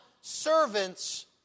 servants